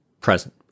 present